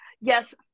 yes